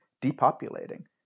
depopulating